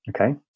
Okay